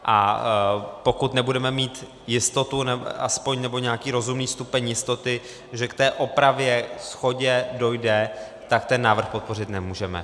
A pokud nebudeme mít jistotu, nebo alespoň nějaký rozumný stupeň jistoty, že k té opravě, shodě dojde, tak ten návrh podpořit nemůžeme.